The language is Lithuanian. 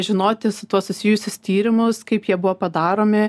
žinoti su tuo susijusius tyrimus kaip jie buvo padaromi